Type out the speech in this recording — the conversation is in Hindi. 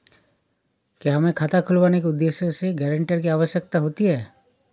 क्या हमें खाता खुलवाने के उद्देश्य से गैरेंटर की आवश्यकता होती है?